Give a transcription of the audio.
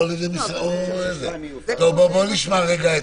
נשמע את